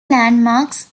landmarks